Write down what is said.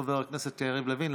חבר הכנסת לוין.